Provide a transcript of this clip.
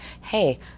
hey